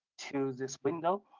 to this window